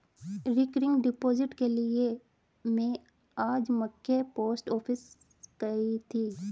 recurring deposit के लिए में आज मख्य पोस्ट ऑफिस गयी थी